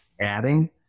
adding